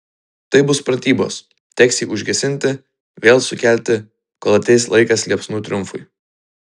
tai bus pratybos teks jį užgesinti vėl sukelti kol ateis laikas liepsnų triumfui